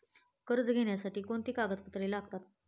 कर्ज घेण्यासाठी कोणती कागदपत्रे लागतात?